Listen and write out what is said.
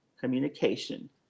communication